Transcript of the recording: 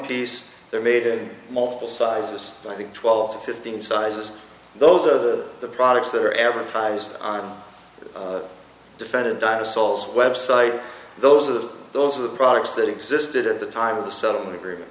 piece they're made in multiple sizes i think twelve to fifteen sizes those are the products that are ever prized on defended by the soles website those are the those are the products that existed at the time of the settlement agreement